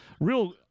real